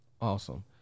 awesome